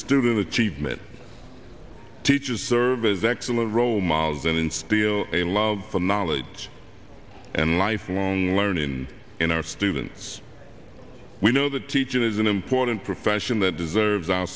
student achievement teachers service excellent role models and instill a love for knowledge and lifelong learning in our students we know that teaching is an important profession that deserves